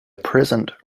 present